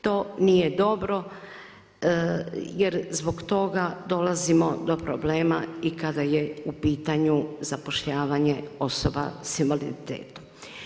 To nije dobro jer zbog toga dolazimo do problema i kada je u pitanju zapošljavanje osoba sa invaliditetom.